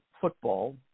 football